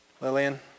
Lillian